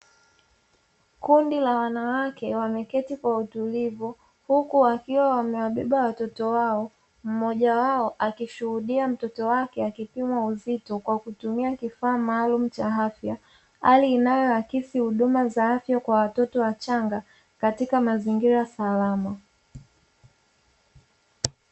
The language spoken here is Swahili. Kundi la wanawake wameketi kwa utulivu huku wakiwa wamewabeba watoto wao, mmoja wao akishuhudia mtoto wake akipimwa uzito kwa kutumia kifaa maalumu cha afya, hali inayoakisi huduma za afya kwa watoto wachanga, katika mazingira salama.